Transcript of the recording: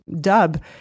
dub